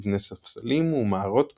מבני ספסלים ומערות קבורה.